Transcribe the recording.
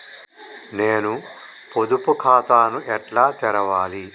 నేను పొదుపు ఖాతాను ఎట్లా తెరవాలి?